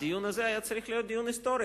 הדיון הזה היה צריך להיות דיון היסטורי,